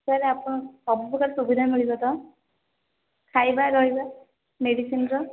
sir ଆପଣଙ୍କ ସବୁପ୍ରକାର୍ ସୁବିଧା ମିଳିବ ତ ଖାଇବା ରହିବା ମେଡ଼ିସିନ୍ର